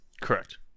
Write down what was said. correct